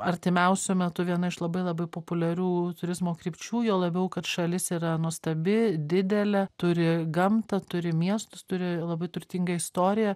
artimiausiu metu viena iš labai labai populiarių turizmo krypčių juo labiau kad šalis yra nuostabi didelė turi gamtą turi miestus turi labai turtingą istoriją